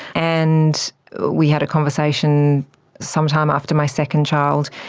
and we had a conversation some time after my second child,